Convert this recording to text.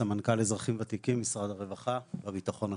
סמנכ"ל אזרחים ותיקים משרד הרווחה והביטחון החברתי.